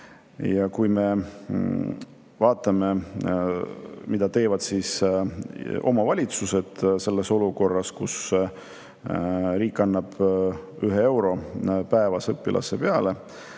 Kui me vaatame, mida teevad omavalitsused selles olukorras, kus riik annab 1 euro päevas õpilase peale,